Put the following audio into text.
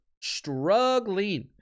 struggling